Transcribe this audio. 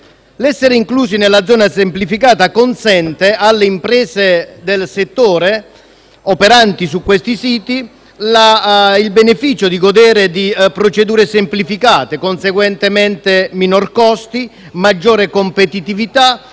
Essere inclusi nella zona semplificata consente alle imprese del settore, operanti su questi siti, il beneficio di godere di procedure semplificate e, conseguentemente, minor costi, maggiore competitività,